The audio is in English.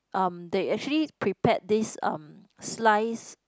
um they actually prepared this slice